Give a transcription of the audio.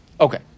Okay